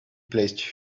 placed